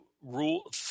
rule